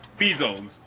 Bezos